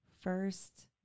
first